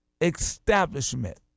establishment